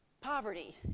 Poverty